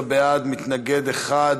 13 בעד, מתנגד אחד.